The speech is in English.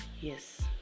yes